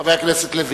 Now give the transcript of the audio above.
חבר הכנסת לוין.